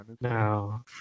No